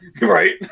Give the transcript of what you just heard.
right